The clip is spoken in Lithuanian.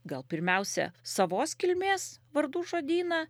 gal pirmiausia savos kilmės vardų žodyną